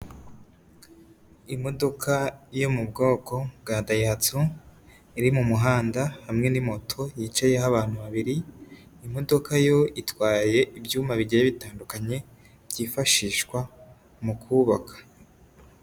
Imodoka yo mu bwoko bwa dayihatsu, iri mu muhanda hamwe ni moto yicayeho abantu babiri, imodoka yo itwaye ibyuma bigiye bitandukanye byifashishwa mu kubaka.